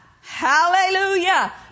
hallelujah